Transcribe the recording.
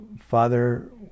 Father